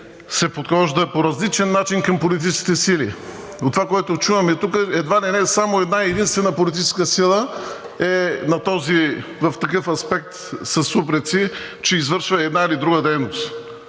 се подхожда по различен начин към политическите сили? От това, което чуваме тук, едва ли не само една-единствена политическа сила е в такъв аспект с упреци, че извършва една или друга дейност.